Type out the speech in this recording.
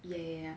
yeah